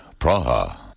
Praha